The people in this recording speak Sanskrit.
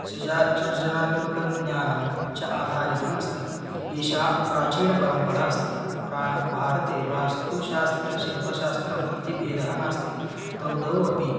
सृजा सृजनात्मकं ज्ञानं च आधारितम् अस्ति एषा प्राचीनपरम्परा अस्ति प्रा भारते वास्तुशास्त्रशिल्पशास्त्रम् इति भेदः नास्ति तौ द्वौ अपि